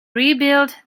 rebuild